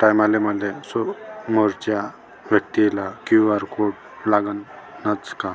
टायमाले मले समोरच्या व्यक्तीचा क्यू.आर कोड लागनच का?